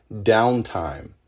downtime